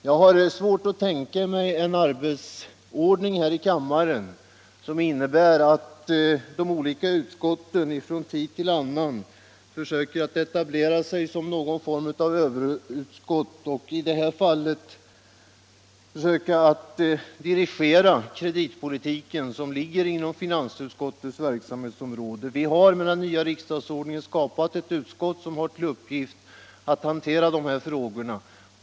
Jag har svårt att tänka mig en arbetsordning här i riksdagen som innebär att de olika utskotten från tid till annan skall kunna etablera sig som något slags överutskott och som i det här fallet försöka dirigera kreditpolitiken, som ligger inom finansutskottets verksamhetsområde. Vi har med den nya riksdagsordningen skapat ett utskott som har till uppgift att hantera de här frågorna.